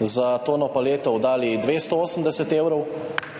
za tono paletov dali 280 evrov,